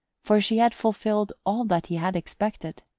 for she had fulfilled all that he had expected.